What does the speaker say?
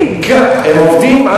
הם עובדים.